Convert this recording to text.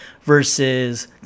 versus